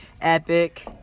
epic